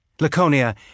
Laconia